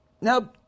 Now